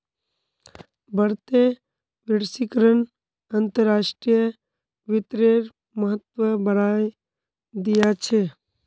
बढ़ते वैश्वीकरण अंतर्राष्ट्रीय वित्तेर महत्व बढ़ाय दिया छे